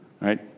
Right